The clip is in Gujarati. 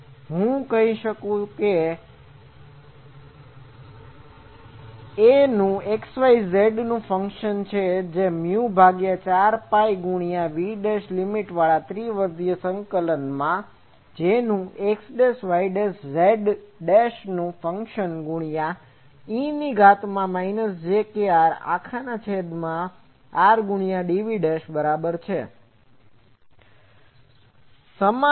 તો હું કહી શકું કે A xyz4π∭VJxyz e j krrdv Aનું xyz નું ફંક્શન છે જે મ્યુ ભાગ્યા 4 પાઈ ગુણ્યા V' લીમીટ વાળા ત્રિવિધ સંકલન માં Jનું x'y'z' નું ફંક્શન ગુણ્યા e ની ઘાત માં માઈનસ j kr અખાના છેદ માં r ગુણ્યા dv બરોબર છે